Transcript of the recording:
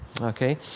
Okay